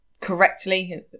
correctly